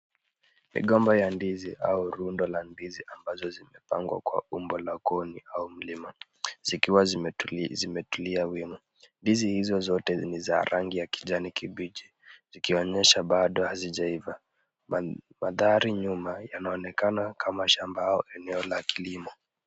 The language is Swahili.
Migomba ya ndizi au rundo la ndizi ambazo zimepangwa kwa umbo la koni au mlima zikiwa zimetulia wima. Ndizi hizo zote ni za rangi ya kijani kibichi zikionyesha bado hazijaiva. Mandhari nyuma yanaonekana kama shamba au eneo la kilimo.